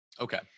Okay